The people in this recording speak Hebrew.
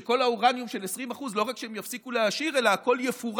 ושאת כל האורניום של 20% לא רק שהם יפסיקו להעשיר אלא שהכול יפורק